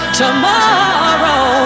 tomorrow